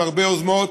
עם הרבה יוזמות,